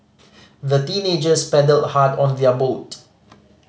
the teenagers paddled hard on their boat